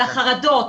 על החרדות,